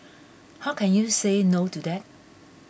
how can you say no to that